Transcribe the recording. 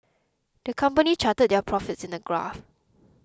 the company charted their profits in a graph